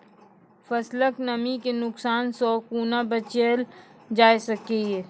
फसलक नमी के नुकसान सॅ कुना बचैल जाय सकै ये?